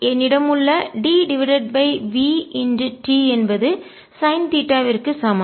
என்னிடம் உள்ள d divided by v t என்பது சைன் தீட்டா விற்கு சமம்